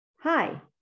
Hi